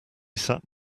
sat